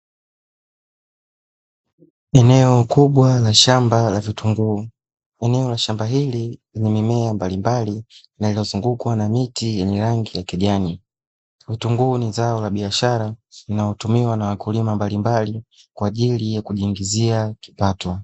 Eneo kubwa la shamba la vitunguu, eneo la shamba hili lenye mimea mbalimbali iliyozungukwa na miti ya rangi ya kijani, vitunguu ni zao la biashara linalotumiwa na wakulima mbalimbali kwa ajili ya kujiingizia kipato.